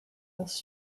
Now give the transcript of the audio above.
asked